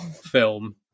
film